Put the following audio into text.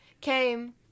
came